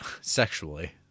Sexually